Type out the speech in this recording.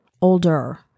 older